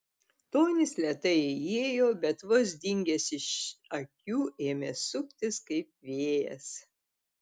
tonis lėtai įėjo bet vos dingęs iš akių ėmė suktis kaip vėjas